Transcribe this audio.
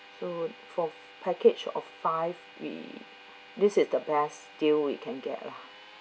so for package of five we this is the best deal we can get lah